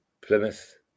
Plymouth